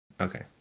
Okay